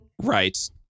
Right